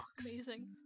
Amazing